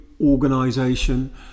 organization